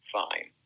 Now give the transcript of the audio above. fine